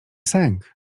sęk